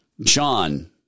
John